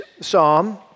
psalm